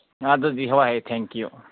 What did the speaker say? ꯑꯗꯨꯗꯤ ꯍꯣꯏ thank U